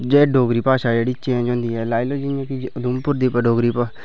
जेह्ड़ी डोगरी भाशा ऐ जेह्ड़ी चेंज होंदी ऐ लाई लो जियां कि उधमपुर दी डोगरी